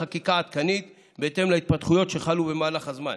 לחקיקה עדכנית בהתאם להתפתחויות שחלו במהלך הזמן.